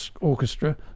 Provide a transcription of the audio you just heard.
Orchestra